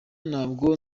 ntabwo